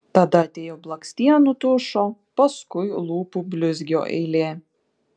tada atėjo blakstienų tušo paskui lūpų blizgio eilė